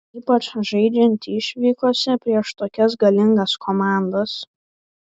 ypač žaidžiant išvykose prieš tokias galingas komandas